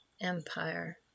empire